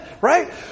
Right